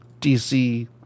DC